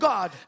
God